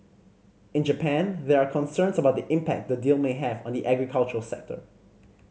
in Japan there are concerns about the impact the deal may have on the agriculture sector